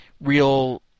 real